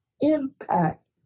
impact